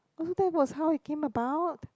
oh that was how it came about